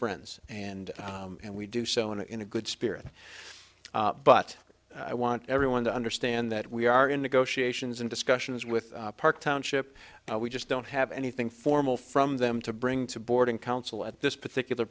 friends and and we do so in a in a good spirit but i want everyone to understand that we are in negotiations and discussions with park township we just don't have anything formal from them to bring to boarding council at this particular